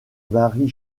marie